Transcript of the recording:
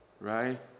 right